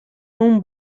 num